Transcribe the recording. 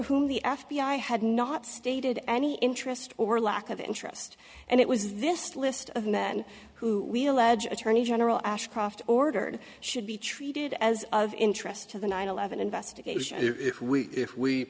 whom the f b i had not stated any interest or lack of interest and it was this list of men who we allege attorney general ashcroft ordered should be treated as of interest to the nine eleven investigation if we if